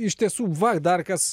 iš tiesų va dar kas